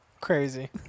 Crazy